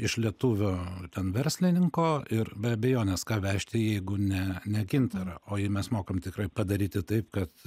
iš lietuvio ten verslininko ir be abejonės ką vežti jeigu ne ne gintarą o jei mes mokam tikrai padaryti taip kad